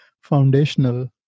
foundational